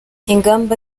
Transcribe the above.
ingamba